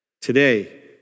today